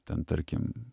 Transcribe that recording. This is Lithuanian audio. ten tarkim